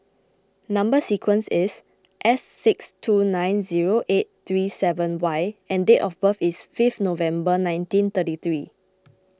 Number Sequence is S six two nine zero eight three seven Y and date of birth is fifteen November nineteen thirty three